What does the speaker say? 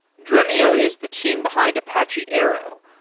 dremio is the team behind apache arrow,